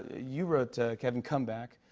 you wrote, ah kevin, come back.